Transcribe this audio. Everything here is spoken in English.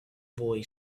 boy